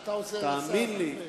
תאמין לי,